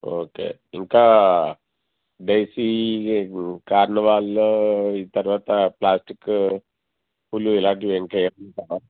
okay ఇంకా దేసీ కార్నవాళ్ళ తర్వాత ప్లాస్టిక్ పూలు ఇలాంటివి ఇంకేమైనా